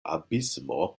abismo